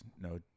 No